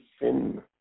sin